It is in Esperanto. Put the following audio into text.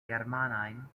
germanajn